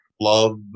love